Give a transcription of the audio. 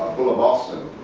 bula boston,